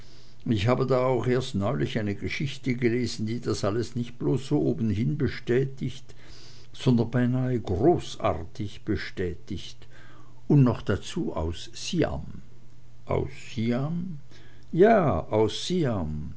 ich habe da auch neulich erst eine geschichte gelesen die das alles nicht bloß so obenhin bestätigt sondern beinahe großartig bestätigt und noch dazu aus siam aus siam ja